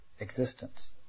Existence